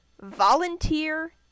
volunteer